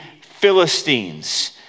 Philistines